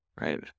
right